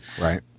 Right